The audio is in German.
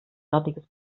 fertiges